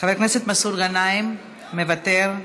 חבר הכנסת מסעוד גנאים, מוותר,